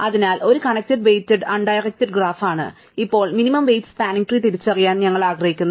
അതിനാൽ ഒരു connected weighted undirected graph ആണ് ഇപ്പോൾ മിനിമം വെയ്റ്റൽ സ്പാനിങ് ട്രീ തിരിച്ചറിയാൻ ഞങ്ങൾ ആഗ്രഹിക്കുന്നു